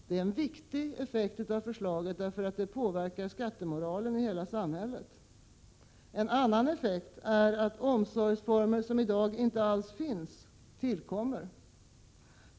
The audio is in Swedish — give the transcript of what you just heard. Det är en viktig effekt av förslaget, eftersom det påverkar skattemoralen i hela samhället. Ytterligare en effekt är att omsorgsformer som i dag inte alls finns tillkommer.